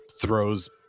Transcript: throws